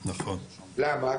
למה?